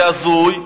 זה הזוי,